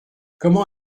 comment